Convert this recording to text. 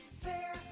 fair